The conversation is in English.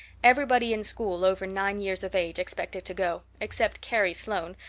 everybody in school over nine years of age expected to go, except carrie sloane,